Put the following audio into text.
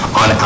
on